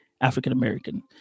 African-American